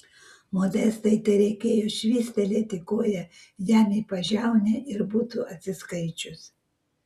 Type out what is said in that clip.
modestai tereikėjo švystelėti koja jam į pažiaunę ir būtų atsiskaičius